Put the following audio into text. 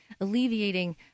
alleviating